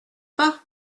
pas